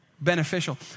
Beneficial